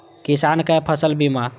किसान कै फसल बीमा?